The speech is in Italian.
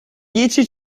dieci